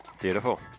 Beautiful